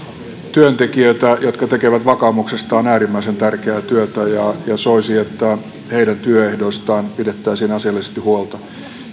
työntekijöitä jotka tekevät vakaumuksestaan äärimmäisen tärkeää työtä ja soisi että heidän työehdoistaan pidettäisiin asiallisesti huolta